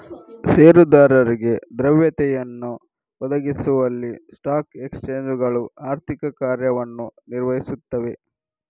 ಷೇರುದಾರರಿಗೆ ದ್ರವ್ಯತೆಯನ್ನು ಒದಗಿಸುವಲ್ಲಿ ಸ್ಟಾಕ್ ಎಕ್ಸ್ಚೇಂಜುಗಳು ಆರ್ಥಿಕ ಕಾರ್ಯವನ್ನು ನಿರ್ವಹಿಸುತ್ತವೆ